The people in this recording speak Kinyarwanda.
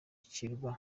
kirwa